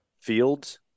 fields